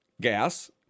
gas